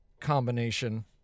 combination